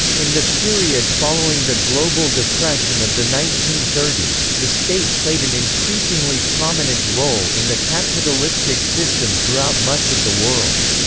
in the period following the global depression of the nineteen thirty s, the state played an increasingly prominent role in the capitalistic system throughout much of the world.